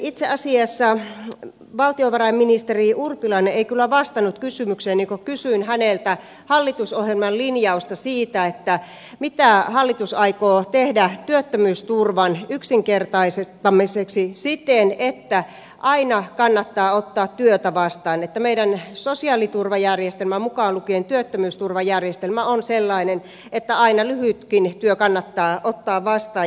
itse asiassa valtiovarainministeri urpilainen ei kyllä vastannut kysymykseeni kun kysyin häneltä hallitusohjelman linjausta siitä mitä hallitus aikoo tehdä työttömyysturvan yksinkertaistamiseksi siten että aina kannattaa ottaa työtä vastaan että meidän sosiaaliturvajärjestelmämme mukaan lukien työttömyysturvajärjestelmä on sellainen että aina lyhytkin työ kannattaa ottaa vastaan